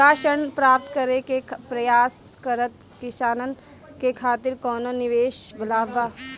का ऋण प्राप्त करे के प्रयास करत किसानन के खातिर कोनो विशेष लाभ बा